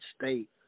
state